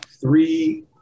three